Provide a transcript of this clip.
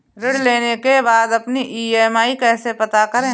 ऋण लेने के बाद अपनी ई.एम.आई कैसे पता करें?